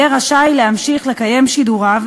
יהיה רשאי להמשיך לקיים שידוריו,